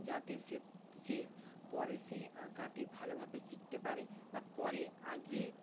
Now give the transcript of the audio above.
যাতে সে সে পরে সেই আঁকাটি ভালোভাবে শিখতে পারে বা পরে আগে